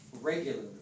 Regularly